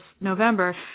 November